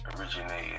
originated